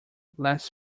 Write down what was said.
less